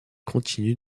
continue